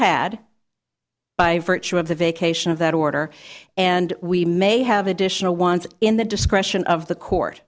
had by virtue of the vacation of that order and we may have additional ones in the discretion of the court